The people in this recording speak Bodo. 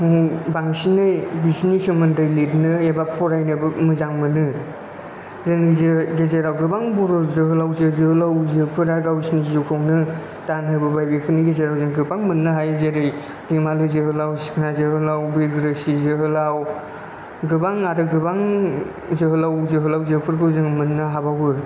बांसिनै बिसिनि सोमोन्दै लिरनो एबा फरायनोबो मोजां मोनो जोंनि गेजेराव गोबां बर जोहोलाव जोहोलावजोफोरा गावसिनि जिउखौनो दानहोबोबाय बेफोरनि गेजेराव गोबां मोन्नो हायो जेरै दैमालु जोहोलाव सिखोना जोहोलाव बिरगोस्रि जोहोलाव गोबां आरो गोबां जोहोलावजोफोरखौ जों मोन्नो हाबावो